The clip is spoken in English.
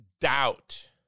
doubt